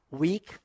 weak